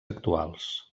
actuals